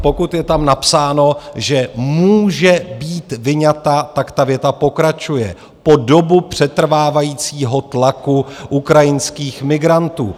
Pokud je tam napsáno, že může být vyňata, tak ta věta pokračuje: po dobu přetrvávajícího tlaku ukrajinských migrantů.